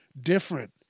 Different